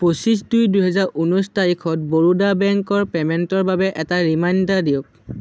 পঁচিছ দুই দুই হাজাৰ ঊনৈছ তাৰিখত বৰোদা বেংকৰ পে'মেণ্টৰ বাবে এটা ৰিমাইণ্ডাৰ দিয়ক